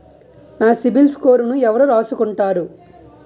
నా సిబిల్ స్కోరును ఎవరు రాసుకుంటారు